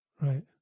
right